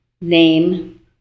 name